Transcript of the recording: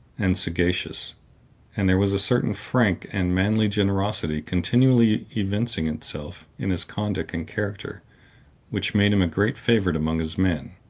and sagacious and there was a certain frank and manly generosity continually evincing itself in his conduct and character which made him a great favorite among his men.